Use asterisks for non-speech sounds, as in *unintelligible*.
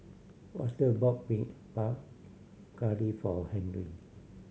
Walter bought *unintelligible* Curry for Henry